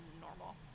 normal